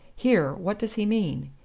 here, what does he mean?